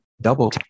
Double